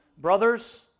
Brothers